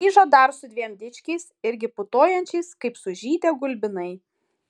grįžo dar su dviem dičkiais irgi putojančiais kaip sužydę gulbinai